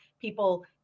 people